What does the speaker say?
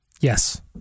Yes